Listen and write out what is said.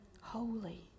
Holy